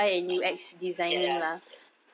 oh ya ya ya